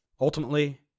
Ultimately